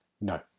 No